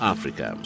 Africa